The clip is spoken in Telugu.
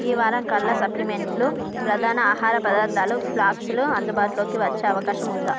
ఈ వారం కల్లా సప్లిమెంట్లు ప్రధాన ఆహార పదార్థాలు ఫ్లాస్కులు అందుబాటులోకి వచ్చే అవకాశం ఉందా